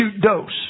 dose